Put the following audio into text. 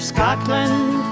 Scotland